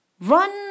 run